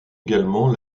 également